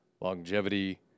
longevity